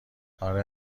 اره